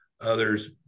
others